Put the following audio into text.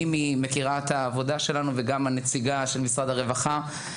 מימי מכירה את העבודה שלנו וגם הנציגה של משרד הרווחה,